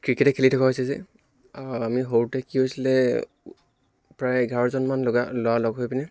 ক্ৰিকেটেই খেলি থকা হৈছে যে আমি সৰুতে কি হৈছিলে প্ৰায় এঘাৰজনমান লগা ল'ৰা লগ হৈ পিনে